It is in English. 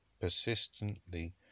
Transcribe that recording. Persistently